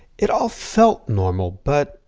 it all felt normal, but,